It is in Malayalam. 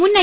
മുൻ ഐ